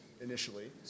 initially